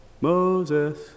Moses